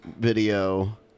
video